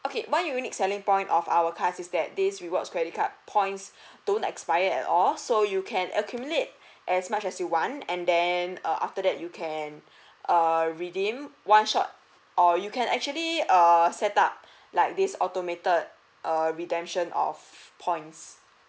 okay why you need selling point of our cards is that these rewards credit card points don't expire at all so you can accumulate as much as you want and then err after that you can err redeem one shot or you can actually err set up like this automated err redemption of points